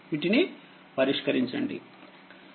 వీటిని పరిష్కరించండి